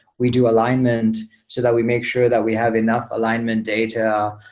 we do alignment so that we make sure that we have enough alignment data.